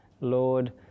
Lord